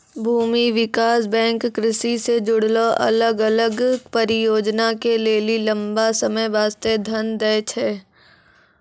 भूमि विकास बैंक कृषि से जुड़लो अलग अलग परियोजना के लेली लंबा समय बास्ते धन दै छै